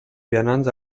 vianants